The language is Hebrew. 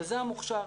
שזה המוכש"ר,